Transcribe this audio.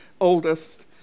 oldest